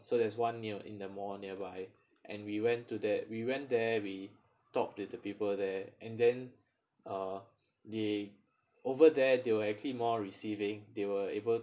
so there's one near in the mall nearby and we went to that we went there we talked with the people there and then uh they over there they will actually more receiving they were able